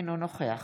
אינו נוכח